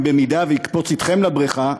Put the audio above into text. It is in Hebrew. אם יקפוץ אתכם לבריכה,